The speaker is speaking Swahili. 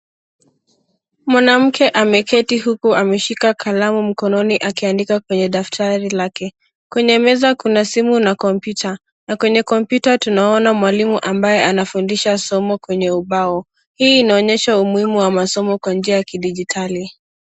Mwanamke ameketi huku ameshika kalamu mkononi akiandika kwenye daftari lake. Kwenye meza kuna simu na kompyuta, na kwenye kompyuta tunaona mwalimu ambaye anafundisha somo kwenye ubao. Hii inaonyesha umuhimu wa masomo kwa njia ya kidijitali.